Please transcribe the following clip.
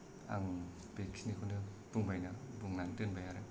आं बेखिनिखौनो बुंना बुंनानै दोनबाय आरो